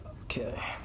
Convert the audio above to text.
Okay